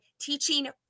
teaching